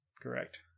correct